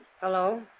Hello